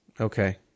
okay